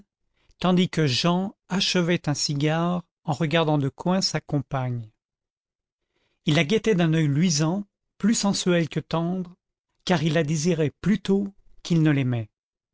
tandis que jean achevait un cigare en regardant de coin sa compagne il la guettait d'un oeil luisant plus sensuel que tendre car il la désirait plutôt qu'il ne l'aimait